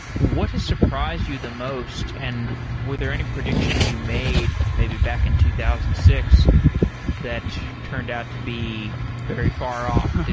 what has surprised you the most and were there any predictions you made maybe back in two thousand and six that turned out to be very far off?